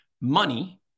Money